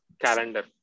calendar